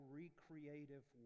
recreative